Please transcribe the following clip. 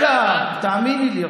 רגע, תאמיני לי.